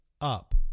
up